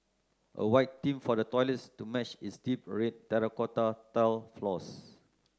a white theme for the toilets to match its deep red terracotta tiled floors